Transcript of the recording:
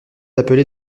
appelé